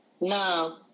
No